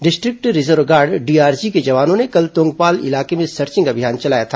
district reserve guard DRG के जवानों ने कल तोंगपाल इलाके में सर्चिंग अभियान चलाया था